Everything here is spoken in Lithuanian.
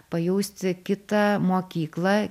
pajausti kitą mokyklą